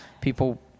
people